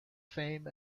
fame